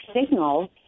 signals